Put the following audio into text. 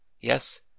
YES